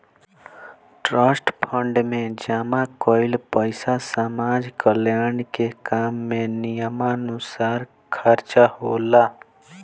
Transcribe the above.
trust fund में जमा कईल पइसा समाज कल्याण के काम में नियमानुसार खर्चा होला